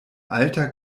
alter